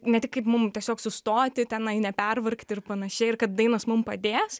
ne tik kaip mum tiesiog sustoti tenai nepervargti ir panašiai ir kad dainos mum padės